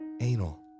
Anal